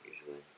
Usually